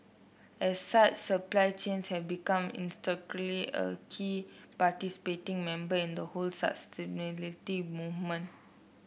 as such supply chains have become intrinsically a key participating member in the whole sustainability movement